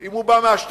אם הוא בא מהשטחים,